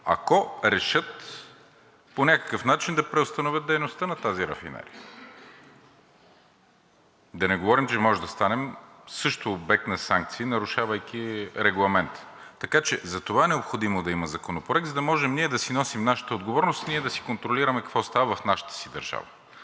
ако решат по някакъв начин да преустановят дейността на тази рафинерия. Да не говорим, че можем да станем също обект на санкции, нарушавайки Регламента. Така че затова е необходимо да има Законопроект, за да може ние да си носим нашата отговорност, ние да си контролираме какво става в нашата си държава,